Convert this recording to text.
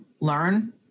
learn